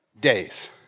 days